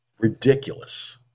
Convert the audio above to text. Ridiculous